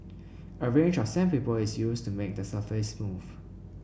a range of sandpaper is used to make the surface smooth